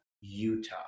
Utah